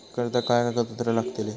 कर्जाक काय कागदपत्र लागतली?